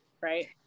right